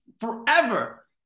forever